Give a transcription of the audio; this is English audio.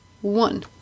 one